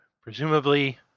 presumably